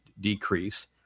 decrease